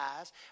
eyes